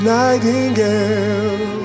nightingale